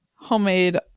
Homemade